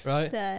Right